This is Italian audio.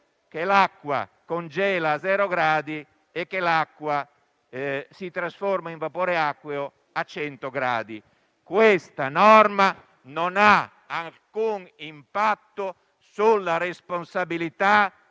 che l'acqua congela a zero gradi e che si trasforma in vapore acqueo a 100 gradi centigradi. Questa norma non ha infatti alcun impatto sulla responsabilità